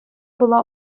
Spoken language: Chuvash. пула